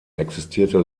existierte